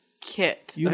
kit